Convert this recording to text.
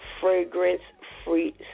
fragrance-free